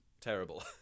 terrible